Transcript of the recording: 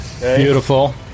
Beautiful